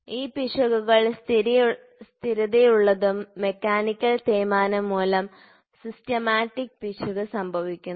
ഈ പിശകുകൾ സ്ഥിരതയുള്ളതും മെക്കാനിക്കൽ തേയ്മാനം മൂലം സിസ്റ്റമാറ്റിക് പിശക് സംഭവിക്കുന്നു